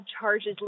charges